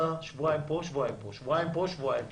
שבועיים פה, שבועיים פה, שבועיים פה.